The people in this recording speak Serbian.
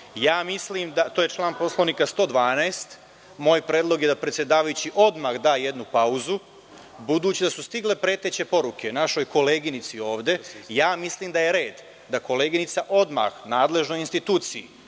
joj ili da mu stižu preteće poruke, moj predlog je da predsedavajući odmah da jednu pauzu, budući da su stigle preteće poruke našoj koleginici ovde. Mislim da je red da koleginica odmah nadležnoj instituciji